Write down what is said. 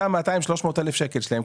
אותם 200,000-300,000 שקלים שלהם,